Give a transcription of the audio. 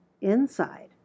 Inside